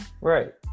Right